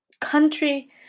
country